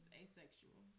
asexual